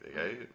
okay